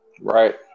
Right